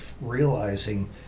realizing